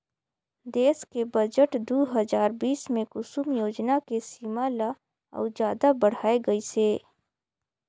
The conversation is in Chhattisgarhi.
देस के बजट दू हजार बीस मे कुसुम योजना के सीमा ल अउ जादा बढाए गइसे